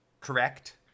correct